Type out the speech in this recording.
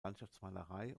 landschaftsmalerei